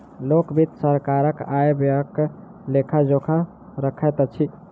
लोक वित्त सरकारक आय व्ययक लेखा जोखा रखैत अछि